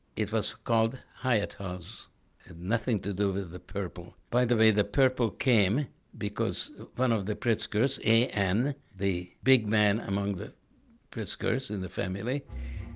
it was called hyatt house. it had nothing to do with the purple. by the way, the purple came because one of the pritzkers, a n, the big man among the pritzkers in the family,